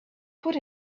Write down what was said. put